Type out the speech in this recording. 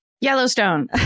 Yellowstone